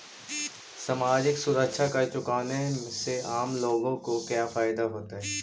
सामाजिक सुरक्षा कर चुकाने से आम लोगों को क्या फायदा होतइ